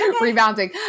rebounding